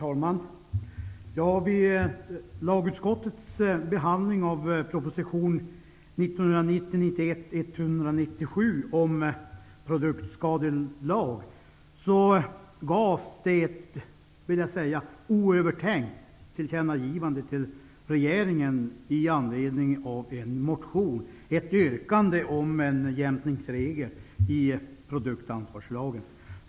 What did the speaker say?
Fru talman! Vid lagutskottets behandling av proposition 1990/91:197 om produktskadelag gjordes det ett oövertänkt tillkännagivande till regeringen i anledning av ett motionsyrkande om en jämkningsregel i produktansvarslagen.